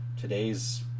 today's